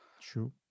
True